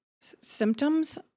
symptoms